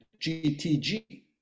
GTG